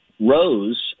Rose